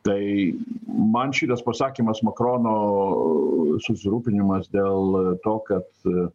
tai man šitas pasakymas makrono susirūpinimas dėl to kad